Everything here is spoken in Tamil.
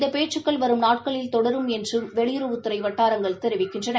இந்தப் பேச்கக்கள் வரும் நாட்களில் தொடரும் என்றுவெளியுறவுத்துறைவட்டாரங்கள் தெரிவித்தன